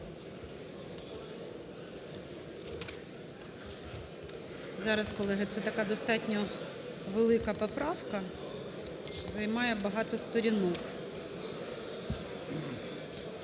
Зараз колеги, це така достатньо велика поправка, що займає багато сторінок.